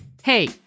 Hey